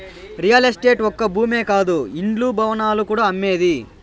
real estate ఒక్క భూమే కాదు ఇండ్లు, భవనాలు కూడా అమ్మేదే